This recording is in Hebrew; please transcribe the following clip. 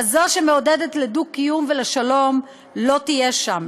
כזו שמעודדת לדו-קיום ולשלום לא תהיה שם.